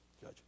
Judge